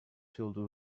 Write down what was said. filled